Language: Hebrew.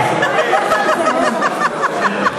לך על זה, לך על זה.